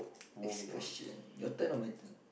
next question your turn or my turn